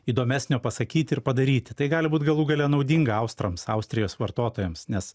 įdomesnio pasakyti ir padaryti tai gali būti galų gale naudinga austrams austrijos vartotojams nes